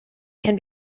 can